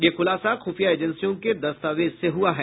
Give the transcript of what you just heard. यह खुलासा खुफिया एजेंसियों के दस्तावेज से हुआ है